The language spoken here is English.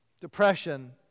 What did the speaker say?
Depression